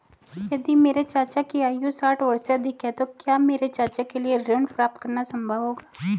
यदि मेरे चाचा की आयु साठ वर्ष से अधिक है तो क्या मेरे चाचा के लिए ऋण प्राप्त करना संभव होगा?